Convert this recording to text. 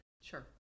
Sure